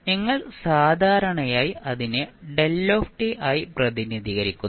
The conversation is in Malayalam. നിങ്ങൾ സാധാരണയായി അതിനെ ആയി പ്രതിനിധീകരിക്കുന്നു